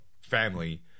family